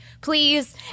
please